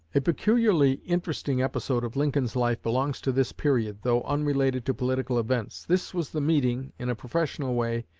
a peculiarly interesting episode of lincoln's life belongs to this period, though unrelated to political events. this was the meeting, in a professional way,